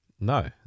No